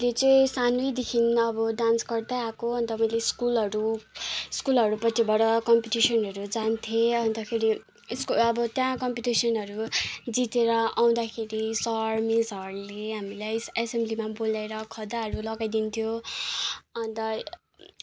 मैले चाहिँ सानैदेखि अब डान्स गर्दै आएको अन्त मैले स्कुलहरू स्कुलहरूपट्टिबाट कम्पिटिसनहरू जान्थेँ अन्तखेरि स्कु अब त्यहाँ कम्पिटिसनहरू जितेर आउँदाखेरि सर मिसहरूले हामीलाई एसेम्बलीमा बोलाएर खदाहरू लगाइदिन्थ्यो अन्त